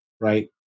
right